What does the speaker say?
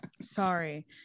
sorry